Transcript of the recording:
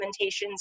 implementations